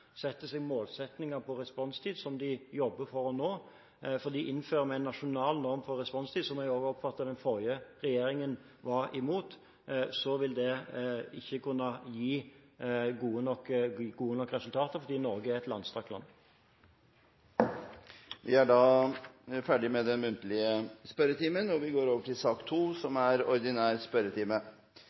responstid som de jobber for å nå. Innfører vi en nasjonal norm for responstid, som jeg også oppfattet at den forrige regjeringen var imot, vil det ikke kunne gi gode nok resultater, fordi Norge er et langstrakt land. Dermed er den muntlige spørretimen omme. Det er noen endringer i den oppsatte spørsmålslisten. Presidenten viser i den sammenheng til den oversikt som er